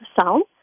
sound